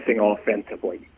offensively